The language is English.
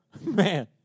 Man